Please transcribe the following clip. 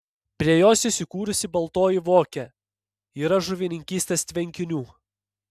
prie jos įsikūrusi baltoji vokė yra žuvininkystės tvenkinių